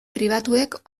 pribatuek